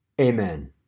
Amen